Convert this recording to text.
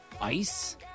ice